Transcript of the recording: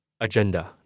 agenda